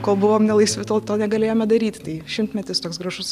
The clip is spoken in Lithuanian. kol buvom nelaisvi tol to negalėjome daryti tai šimtmetis toks gražus